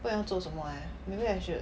不懂要做什么 eh maybe I should